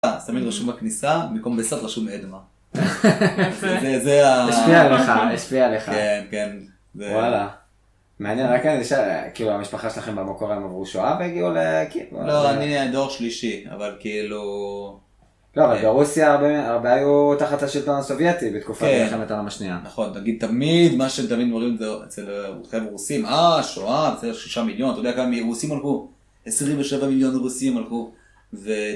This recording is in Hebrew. שמים רשום הכניסה מקום בסד רשום עדמה. זה ה... השפיע עליך, השפיע עליך? כן, כן. וואלה. מעניין, רק אני זוכר, כאילו, המשפחה שלכם במקור, הם עברו שואה והגיעו ל... לא. אני דור שלישי, אבל כאילו... לא, אבל ברוסיה הרבה היו תחת השלטון הסובייטי בתקופת מלחמת העולם השנייה? נכון. תגיד, מה שהם תמיד אומרים, זה אצלכם הרוסים, אה, שואה, אצלך שישה מיליון, אתה יודע כאן, מהרוסים הלכו. 27 מיליון רוסים הלכו.